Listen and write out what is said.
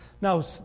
Now